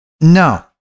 No